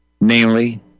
namely